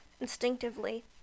instinctively